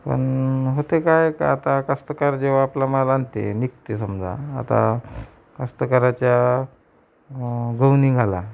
पण होते काय का आता कष्टकरी जेव्हा आपला माल आणते निघते समजा आता कष्टकऱ्याचा गहू निघाला